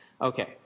Okay